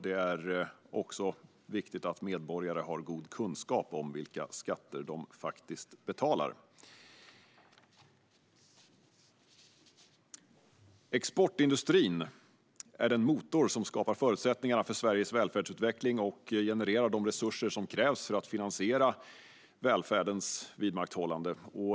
Det är också viktigt att medborgarna har god kunskap om vilka skatter de faktiskt betalar. Exportindustrin är den motor som skapar förutsättningarna för Sveriges välfärdsutveckling och genererar de resurser som krävs för att finansiera välfärdens vidmakthållande.